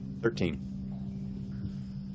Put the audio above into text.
Thirteen